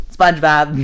Spongebob